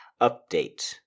update